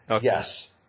Yes